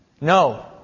No